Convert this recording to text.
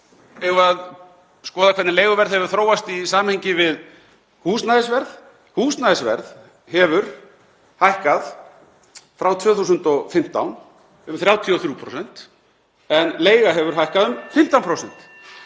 eigum við að skoða hvernig leiguverð hefur þróast í samhengi við húsnæðisverð? Húsnæðisverð hefur hækkað frá 2015 um 33% en leiga hefur hækkað